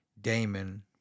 Damon